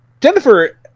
Jennifer